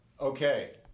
okay